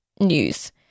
news